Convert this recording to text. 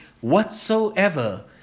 whatsoever